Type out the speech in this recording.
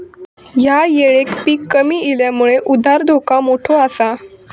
ह्या येळेक पीक कमी इल्यामुळे उधार धोका मोठो आसा